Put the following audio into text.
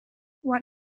what